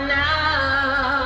now